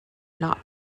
not